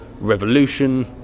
revolution